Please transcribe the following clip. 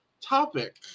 topic